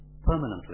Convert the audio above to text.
permanently